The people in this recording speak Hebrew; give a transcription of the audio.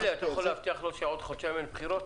אתה יכול להבטיח לו שעוד חודשיים אין בחירות?